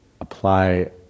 apply